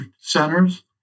centers